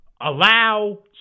allow